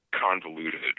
convoluted